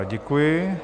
Děkuji.